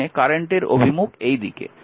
তার মানে কারেন্টের অভিমুখ এইদিকে